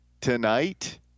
tonight